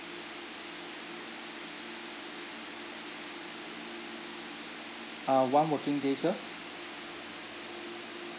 uh one working day sir